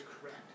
correct